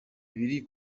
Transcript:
biri